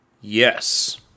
Yes